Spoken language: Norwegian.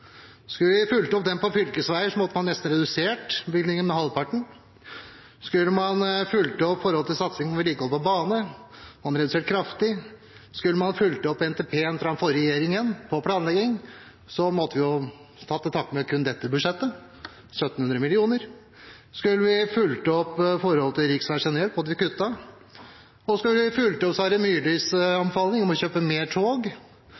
Skulle vi ha fulgt opp den når det gjaldt fylkesveier, måtte man nesten redusert bevilgningen med halvparten. Skulle man fulgt opp i forhold til satsingen på vedlikehold av bane, måtte man redusert kraftig. Skulle man fulgt opp NTP-en fra den forrige regjeringen når det gjelder planlegging, måtte vi tatt til takke med kun dette budsjettet – 1 700 mill. kr. Skulle vi fulgt opp med tanke på riksveier generelt, måtte vi ha kuttet. Og skulle vi ha fulgt opp Sverre Myrlis